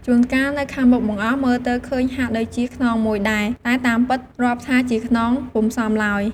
ជួនកាល នៅខាងមុខបង្អស់ មើលទៅឃើញហាក់ដូចជាខ្នងមួយដែរ តែតាមពិតរាប់ថាជាខ្នងពុំសមឡើយ។